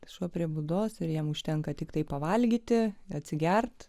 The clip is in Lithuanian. šuo prie būdos ir jam užtenka tiktai pavalgyti atsigerti